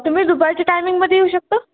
तुम्ही दुपारच्या टायमिंगमध्ये येऊ शकता